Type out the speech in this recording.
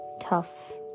tough